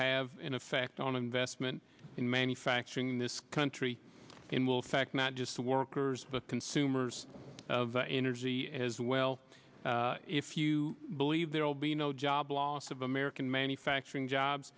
have an effect on investment in manufacturing in this country in will affect not just the workers but consumers of energy as well if you believe there will be no job loss of american manufacturing jobs